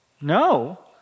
No